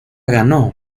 ganó